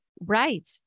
Right